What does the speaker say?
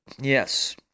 Yes